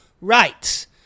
right